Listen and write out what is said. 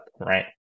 right